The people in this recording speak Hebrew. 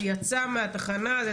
זה יצא מהתחנה.